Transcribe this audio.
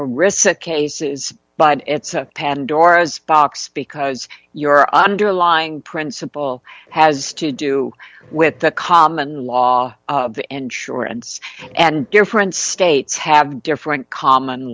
receipt cases but it's a pandora's box because your underlying principle has to do with the common law of the insurance and different states have different common